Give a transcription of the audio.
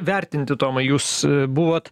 vertinti tomai jūs buvot